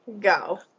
Go